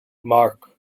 marc